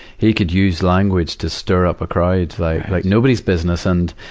he could use language to stir up a crowd like, like nobody's business. and,